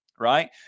Right